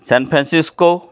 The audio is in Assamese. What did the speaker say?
ছেনফ্ৰেঞ্চিস্কো